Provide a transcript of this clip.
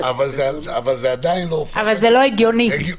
אבל זה עדיין לא --- אבל זה לא הגיוני.